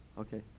Okay